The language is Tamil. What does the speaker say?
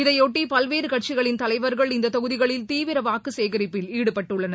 இதையொட்டி பல்வேறு கட்சிகளின் தலைவர்கள் இந்த தொகுதிகளில் தீவிர வாக்கு சேகரிப்பில் ஈடுபட்டுள்ளனர்